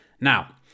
Now